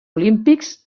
olímpics